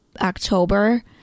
October